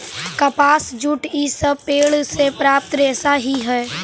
कपास, जूट इ सब पेड़ से प्राप्त रेशा ही हई